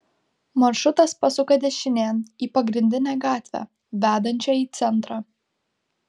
maršrutas pasuka dešinėn į pagrindinę gatvę vedančią į centrą